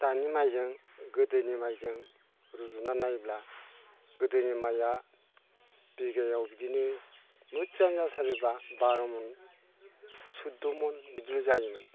दानि माइजों गोदोनि माइजों रुजुनानै नायोब्ला गोदोनि माइया बिगायाव बिदिनो मोजां जाथारोबा बार' मन सुद्द मन बिदिनो जायोमोन